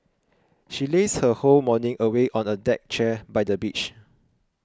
she lazed her whole morning away on a deck chair by the beach